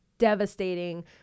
devastating